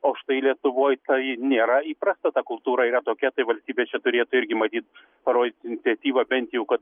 o štai lietuvoj tai nėra įprasta ta kultūra yra tokia tai valstybė čia turėtų irgi matyt parodyti iniciatyvą bent jau kad